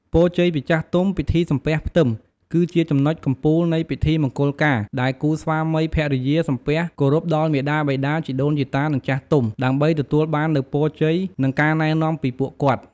ពរជ័យពីចាស់ទុំ ពិធីសំពះផ្ទឹម គឺជាចំណុចកំពូលនៃពិធីមង្គលការ ដែលគូស្វាមីភរិយាសំពះគោរពដល់មាតាបិតា ជីដូនជីតា និងចាស់ទុំ ដើម្បីទទួលបាននូវពរជ័យ និងការណែនាំពីពួកគាត់។